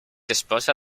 esposa